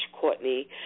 Courtney